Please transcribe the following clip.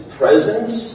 presence